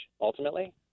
ultimately